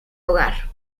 hogar